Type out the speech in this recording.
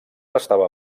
estava